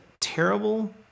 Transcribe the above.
terrible